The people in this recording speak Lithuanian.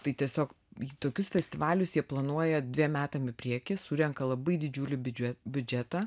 tai tiesiog į tokius festivalius jie planuoja dviem metam į priekį surenka labai didžiulį biudžeto biudžetą